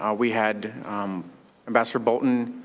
um we had ambassador bolton,